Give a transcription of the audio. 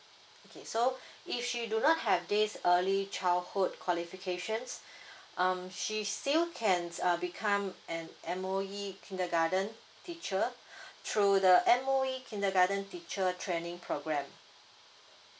okay so if she do not have this early childhood qualifications um she still can uh become an M_O_E kindergarten teacher through the M_O_E kindergarten teacher training program